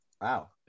Wow